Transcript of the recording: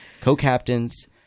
co-captains